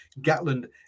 Gatland